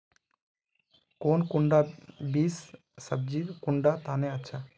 कौन कुंडा बीस सब्जिर कुंडा तने अच्छा?